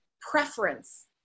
preference